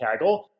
Kaggle